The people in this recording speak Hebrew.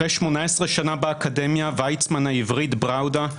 אחרי 18 שנים באקדמיה, ויצמן, העברית, בראודה,